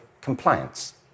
compliance